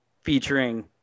featuring